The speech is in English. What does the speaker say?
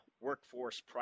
workforce